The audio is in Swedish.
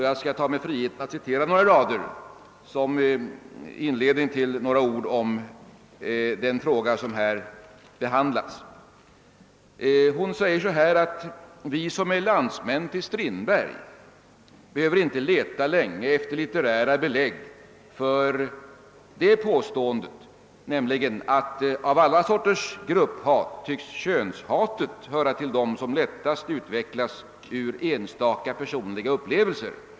Jag tar mig friheten att citera några rader som inledning till den fråga som här behandlas. Hon säger: Vi som är landsmän till Strindberg behöver inte leta länge efter litterära belägg för det påståendet att av alla sorters grupphat tycks könshatet höra till dem som lättast utvecklas under enstaka personliga upplevelser.